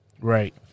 Right